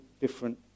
different